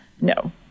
No